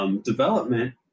development